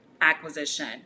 acquisition